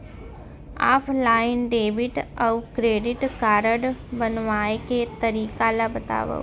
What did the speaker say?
Offline debit अऊ credit card बनवाए के तरीका ल बतावव?